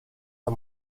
the